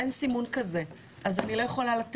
זה בסדר ואם חס וחלילה,